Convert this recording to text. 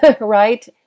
right